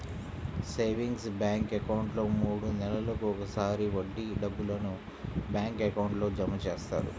savings bank అకౌంట్లో మూడు నెలలకు ఒకసారి వడ్డీ డబ్బులను బ్యాంక్ అకౌంట్లో జమ చేస్తారు